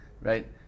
right